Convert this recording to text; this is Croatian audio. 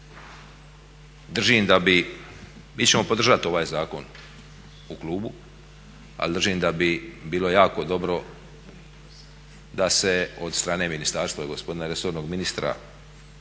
držim da bi, mi ćemo podržati ovaj zakon u klubu, ali držim da bi bilo jako dobro da se od strane ministarstva i gospodina resornog ministra,